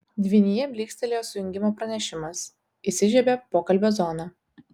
dvynyje blykstelėjo sujungimo pranešimas įsižiebė pokalbio zona